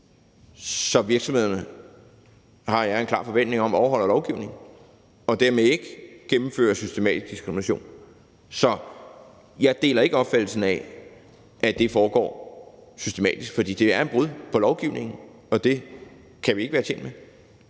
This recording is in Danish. lovligt, og jeg har en klar forventning om, at virksomhederne overholder lovgivningen og dermed ikke gennemfører systematisk diskrimination. Så jeg deler ikke opfattelsen af, at det foregår systematisk, for det er et brud på lovgivningen, og det kan vi ikke være tjent med.